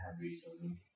recently